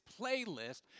playlist